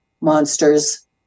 monsters